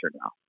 now